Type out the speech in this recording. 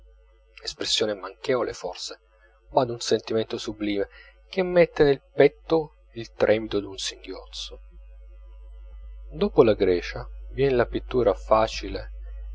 espressione manchevole forse ma d'un sentimento sublime che mette nel petto il tremito d'un singhiozzo dopo la grecia vien la pittura facile